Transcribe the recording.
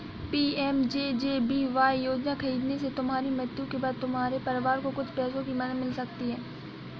PMJJBY योजना खरीदने से तुम्हारी मृत्यु के बाद तुम्हारे परिवार को कुछ पैसों की मदद मिल सकती है